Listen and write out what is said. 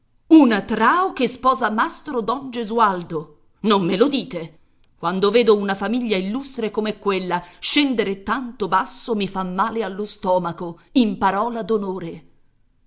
una trao che sposa mastro don gesualdo non me lo dite quando vedo una famiglia illustre come quella scendere tanto basso mi fa male allo stomaco in parola